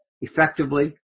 Effectively